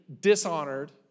dishonored